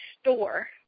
store